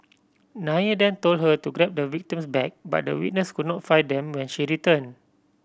Nair then told her to grab the victim's bag but the witness could not find them when she returned